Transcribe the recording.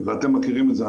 אתם מכירים את זה,